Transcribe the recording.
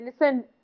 listen